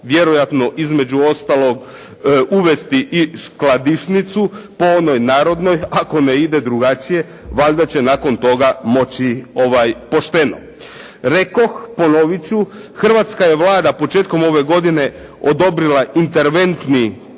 vjerojatno između ostalog uvesti i skladišnicu po onoj narodnoj, ako ne ide drugačije valjda će nakon toga moći pošteno. Rekoh, ponovit ću. Hrvatska je Vlada početkom ove godine odobrila interventni